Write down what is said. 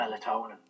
melatonin